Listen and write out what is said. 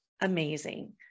amazing